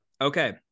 Okay